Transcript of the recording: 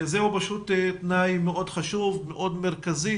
זה תנאי מאוד חשוב ומאוד מרכזי